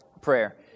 prayer